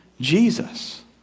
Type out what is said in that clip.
Jesus